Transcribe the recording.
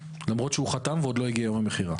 למרות שהוא חתם ועוד לא הגיע יום המכירה.